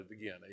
again